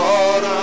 Lord